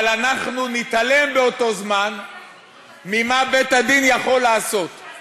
אבל אנחנו נתעלם באותו זמן ממה שבית-הדין יכול לעשות.